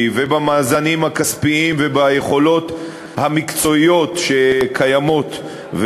ובמאזנים הכספיים וביכולות המקצועיות שקיימות,